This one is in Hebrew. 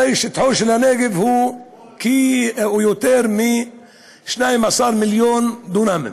הרי שטחו של הנגב יותר מ-12 מיליון דונמים,